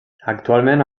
actualment